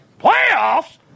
Playoffs